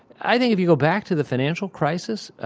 i think if you go back to the financial crisis,